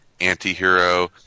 antihero